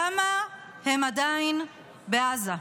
למה הם עדיין בעזה?